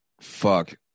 fuck